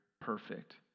perfect